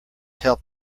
help